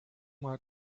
mal